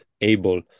able